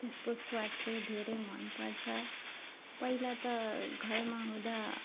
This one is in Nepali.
त्यसको स्वाद चाहिँ धेरै मन पर्छ पहिला त घरमा हुँदा